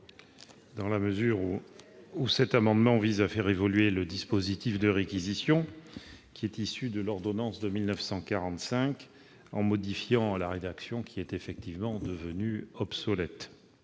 dans la mesure où cet amendement vise à faire évoluer le dispositif de réquisition qui est issu de l'ordonnance de 1945 en modifiant une rédaction devenue obsolète.